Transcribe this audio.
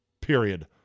Period